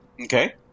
okay